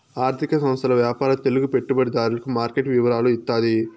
ఆర్థిక సంస్థల వ్యాపార తెలుగు పెట్టుబడిదారులకు మార్కెట్ వివరాలు ఇత్తాది